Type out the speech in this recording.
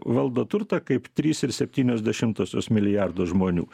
valdo turtą kaip trys ir septynios dešimtosios milijardo žmonių